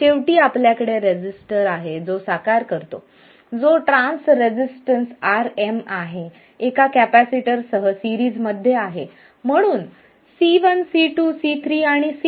शेवटी आपल्याकडे रेझिस्टर आहे जो साकार करतो जो ट्रान्स रेझिस्टन्स Rm आहे एका कॅपेसिटर सह सेरीज मध्ये आहे म्हणून C1 C2 C3 आणि C4